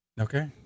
Okay